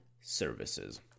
services